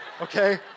Okay